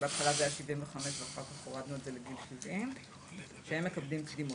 בהתחלה זה היה 75 ואחר כך הורדנו את זה לגיל 70. הם מקבלים קדימות